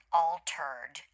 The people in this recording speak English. altered